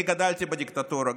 כי גדלתי בדיקטטורה.